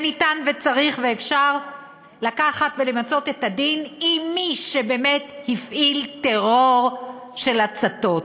ואפשר וצריך למצות את הדין עם מי שבאמת הפעיל טרור של הצתות.